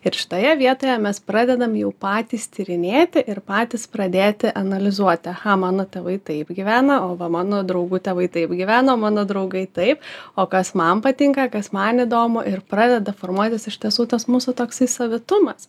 ir šitoje vietoje mes pradedam jau patys tyrinėti ir patys pradėti analizuoti aha mano tėvai taip gyvena o va mano draugų tėvai taip gyvena o mano draugai taip o kas man patinka kas man įdomu ir pradeda formuotis iš tiesų tas mūsų toksai savitumas